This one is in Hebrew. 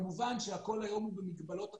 כמובן שהכול היום הוא במגבלות תקציב,